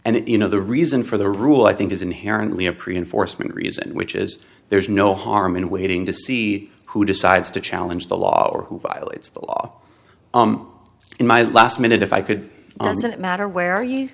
and you know the reason for the rule i think is inherently a pre enforcement reason which is there's no harm in waiting to see who decides to challenge the law or who violates the law in my last minute if i could on that matter where you